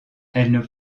elle